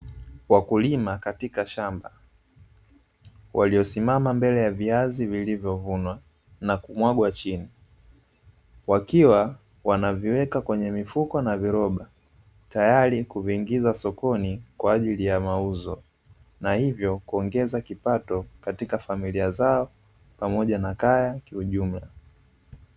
Wakulima katika shamba waliosimama mbele ya viazi vilivyovunwa na kumwagwa chini wakiwa wanaviweka kwenye mifuko na viroba tayari kuviingiza sokoni kwa ajili ya mauzo, na hivyo kuongeza kipato katika familia zao pamoja na kaya kiujumla.